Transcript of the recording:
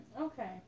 Okay